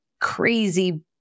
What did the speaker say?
crazy